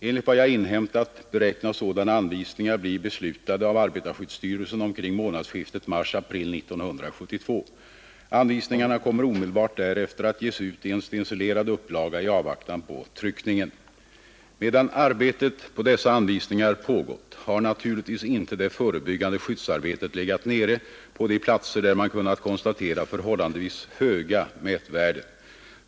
Enligt vad jag inhämtat beräknas sådana anvisningar bli beslutade av arbetar skyddsstyrelsen omkring månadsskiftet mars-april 1972. Anvisningarna kommer omedelbart därefter att ges ut i en stencilerad upplaga i avvaktan på tryckningen. Medan arbetet på dessa anvisningar pågått har naturligtvis inte det förebyggande skyddsarbetet legat nere på de platser där man kunnat konstatera förhållandevis höga mätvärden.